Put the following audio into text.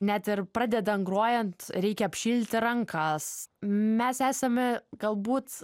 net ir pradedant grojant reikia apšilti rankas mes esame galbūt